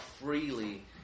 freely